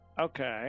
Okay